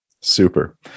Super